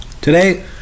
Today